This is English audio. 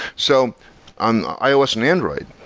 so on ios and android,